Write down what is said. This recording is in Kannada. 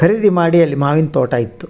ಖರೀದಿ ಮಾಡಿ ಅಲ್ಲಿ ಮಾವಿನ ತೋಟ ಇತ್ತು